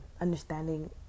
understanding